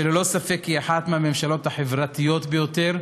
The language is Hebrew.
שללא ספק היא אחת מהממשלות החברתיות ביותר,